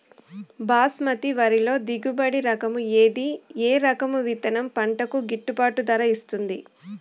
బాస్మతి వరిలో దిగుబడి రకము ఏది ఏ రకము విత్తనం పంటకు గిట్టుబాటు ధర ఇస్తుంది